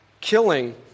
killing